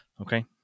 Okay